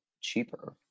cheaper